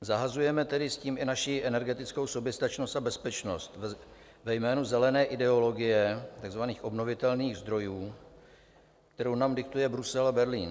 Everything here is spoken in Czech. Zahazujeme tedy s tím i naši energetickou soběstačnost a bezpečnost ve jménu zelené ideologie takzvaných obnovitelných zdrojů, kterou nám diktuje Brusel a Berlín.